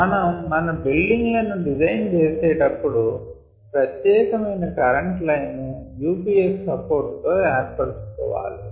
మనం మన బిల్డింగ్ లను డిజైన్ చేసే టప్పుడే ప్రత్యేక మైన కరెంటు లైను UPS సపోర్ట్ తో ఏర్పరచు కోవాలి